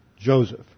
Joseph